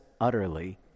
utterly